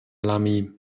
lamy